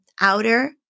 outer